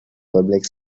public